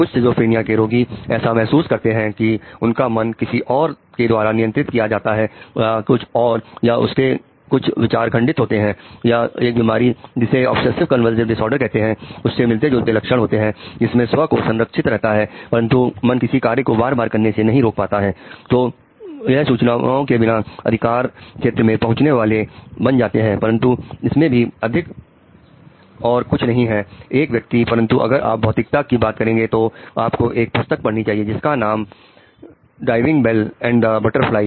कुछ सिजोफ्रेनिया